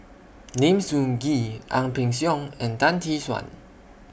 Lim Sun Gee Ang Peng Siong and Tan Tee Suan